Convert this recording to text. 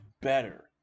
better